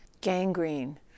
gangrene